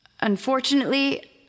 Unfortunately